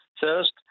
First